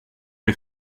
les